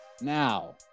now